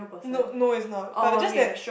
no no is not but it's just that